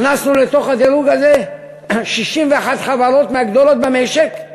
הכנסנו לתוך הדירוג הזה 61 חברות מהגדולות במשק,